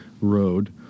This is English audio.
Road